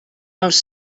els